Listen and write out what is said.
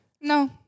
no